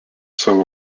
savo